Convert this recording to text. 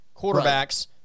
quarterbacks